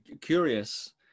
curious